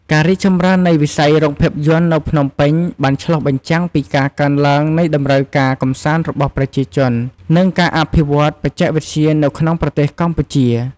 ការរីកចម្រើននៃវិស័យរោងភាពយន្តនៅភ្នំពេញបានឆ្លុះបញ្ចាំងពីការកើនឡើងនៃតម្រូវការកម្សាន្តរបស់ប្រជាជន និងការអភិវឌ្ឍន៍បច្ចេកវិទ្យានៅក្នុងប្រទេសកម្ពុជា។